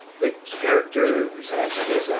the character tiberius, but